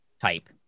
type